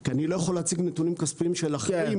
כי אני לא יכול להציג נתונים כספיים של אחרים,